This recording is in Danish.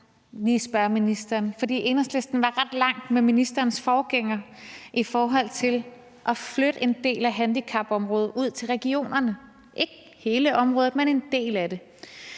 et spørgsmål. For Enhedslisten var ret langt med ministerens forgænger i forhold til at flytte en del af handicapområdet ud til regionerne, ikke hele handicapområdet, men en del af det.